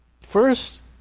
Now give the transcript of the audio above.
First